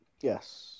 Yes